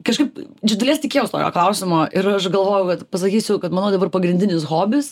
kažkaip iš dalies tikėjaus tokio klausimo ir aš galvojau vat pasakysiu kad mano dabar pagrindinis hobis